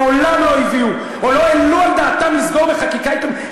מעולם לא הביאו או לא העלו על דעתם לסגור בחקיקה עיתון.